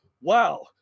wow